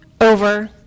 over